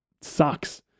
sucks